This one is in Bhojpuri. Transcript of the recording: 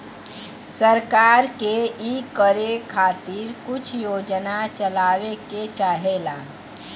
सरकार के इकरे खातिर कुछ योजना चलावे के चाहेला